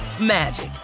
magic